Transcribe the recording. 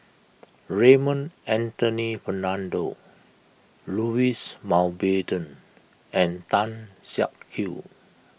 Raymond Anthony Fernando Louis Mountbatten and Tan Siak Kew